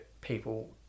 people